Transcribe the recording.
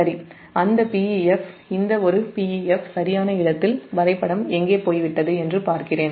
சரி அந்த Pef ஒரு சரியான இடத்தில் வரைபடம் எங்கே போய்விட்டது என்று பார்க்கிறேன்